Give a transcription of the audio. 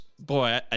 boy